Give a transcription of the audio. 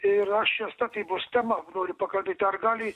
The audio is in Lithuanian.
ir aš čia statybos tema noriu pakalbėti ar gali